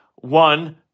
One